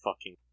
fucking-